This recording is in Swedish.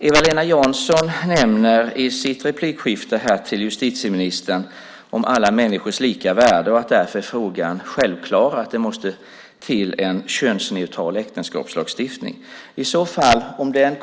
Eva-Lena Jansson nämner i sin replik till justitieministern alla människors lika värde och att frågan därför är självklar - det måste till en könsneutral äktenskapslagstiftning.